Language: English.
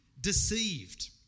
Deceived